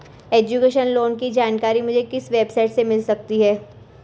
Education loan की जानकारी मुझे किस वेबसाइट से मिल सकती है?